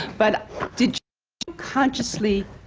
but did you consciously